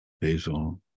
basil